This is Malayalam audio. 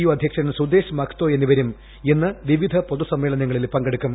യു അധ്യക്ഷൻ സുദേഷ് മഹ്തോ എന്നിവരും ഇന്ന് പിവിധ പൊതുസമ്മേളനങ്ങളിൽ പങ്കെടുക്കും